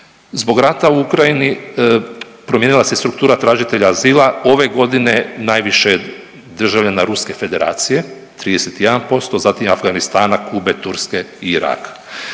Zbog rata u Ukrajini promijenila se struktura tražitelja azila, ove godine najviše je državljana Ruske Federacije 31%, zatim Afganistana, Kube, Turske i Iraka.